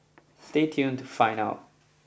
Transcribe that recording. stay tuned to find out